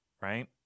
right